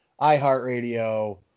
iHeartRadio